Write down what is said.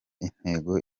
intego